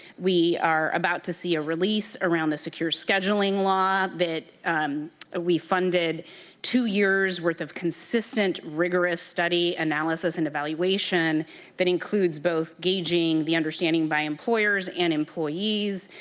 we are about to see a release around the secure scheduling law, that we funded two years worth of consistent rigorous study analysis and evaluation that includes both gauging the understanding by employers, and employees.